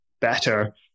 better